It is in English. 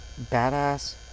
badass